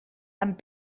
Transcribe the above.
amb